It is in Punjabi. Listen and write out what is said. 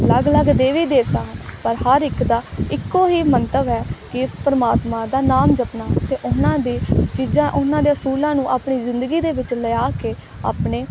ਅਲੱਗ ਅਲੱਗ ਦੇਵੀ ਦੇਵਤਾ ਹਨ ਪਰ ਹਰ ਇੱਕ ਦਾ ਇੱਕੋ ਹੀ ਮੰਤਵ ਹੈ ਕਿ ਇਸ ਪਰਮਾਤਮਾ ਦਾ ਨਾਮ ਜਪਣਾ ਅਤੇ ਉਹਨਾਂ ਦੇ ਚੀਜ਼ਾਂ ਉਹਨਾਂ ਦੇ ਅਸੂਲਾਂ ਨੂੰ ਆਪਣੀ ਜ਼ਿੰਦਗੀ ਦੇ ਵਿੱਚ ਲਿਆ ਕੇ ਆਪਣੇ